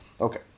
Okay